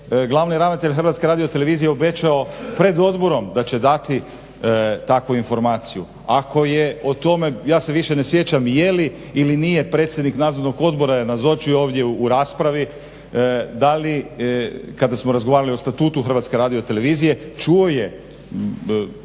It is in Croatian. Glavni ravnatelj HRT-a obećao pred odborom da će dati takvu informaciju, ako je o tome ja se više ne sjećam je li ili nije predsjednik nadzornog odbora nazočio ovdje u raspravi, da li kada smo razgovarali o Statutu HRT-a čuo je